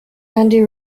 andy